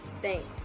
Thanks